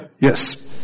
Yes